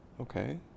Okay